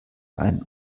einen